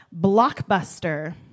Blockbuster